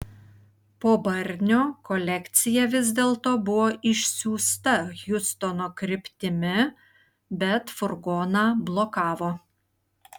po barnio kolekcija vis dėlto buvo išsiųsta hjustono kryptimi bet furgoną blokavo